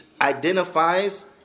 identifies